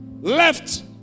left